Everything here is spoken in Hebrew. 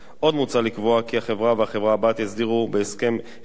עוד מוצע לקבוע כי החברה והחברה הבת יסדירו בהסכם את מתן